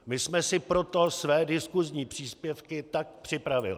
My jsme si proto své diskusní příspěvky tak připravili.